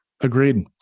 Agreed